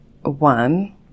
one